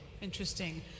Interesting